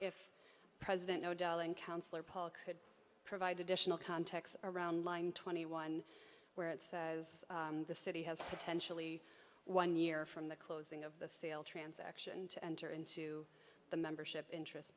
if president no delling councilor paul could provide additional context around line twenty one where it says the city has potentially one year from the closing of the sale transaction to enter into the membership interest